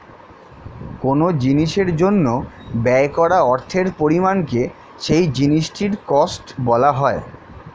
কোন জিনিসের জন্য ব্যয় করা অর্থের পরিমাণকে সেই জিনিসটির কস্ট বলা হয়